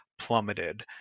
plummeted